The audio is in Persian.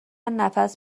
نفس